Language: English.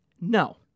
No